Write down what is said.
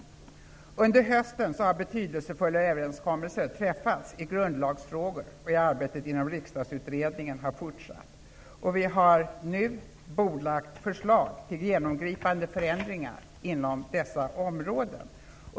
Under hösten har betydelsefulla överenskommelser träffats i grundlagsfrågor, och arbetet inom Riksdagsutredningen har fortsatt. Vi har nu bordlagt förslag till genomgripande förändringar inom dessa områden.